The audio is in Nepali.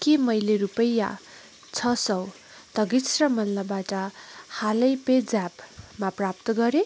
के मैले रुपियाँ छ सौ तगिसरा मल्लबाट हालै पेज्यापमा प्राप्त गरेँ